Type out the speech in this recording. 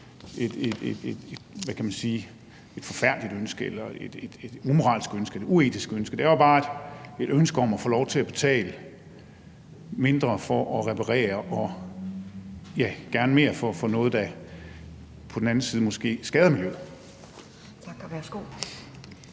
forfærdeligt ønske eller et umoralsk ønske eller et uetisk ønske. Det er jo bare et ønske om at få lov til at betale mindre for at reparere, og ja, gerne mere for noget, der på den anden side måske skader miljøet.